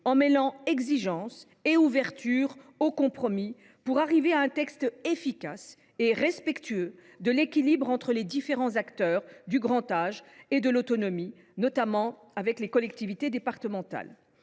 en mêlant exigence et ouverture au compromis, pour arriver à un texte efficace et respectueux de l’équilibre entre les différents acteurs du grand âge et de l’autonomie, notamment les collectivités départementales.